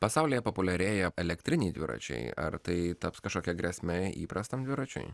pasaulyje populiarėja elektriniai dviračiai ar tai taps kažkokia grėsme įprastam dviračiui